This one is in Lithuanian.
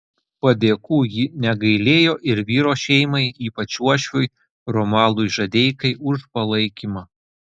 padėkų ji negailėjo ir vyro šeimai ypač uošviui romualdui žadeikai už palaikymą